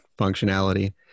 functionality